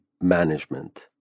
management